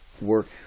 work